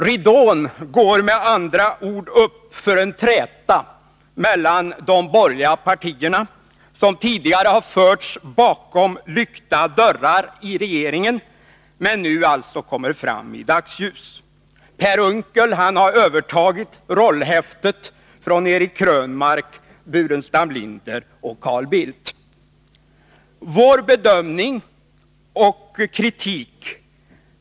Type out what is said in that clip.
Ridån går med andra ord upp för en träta mellan de borgerliga partierna, som tidigare har försiggått innanför lyckta dörrar i regeringen men nu alltså kommer fram i dagsljuset. Per Unckel har övertagit rollhäftet från Eric Krönmark, Staffan Burenstam Linder och Carl Bildt.